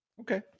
okay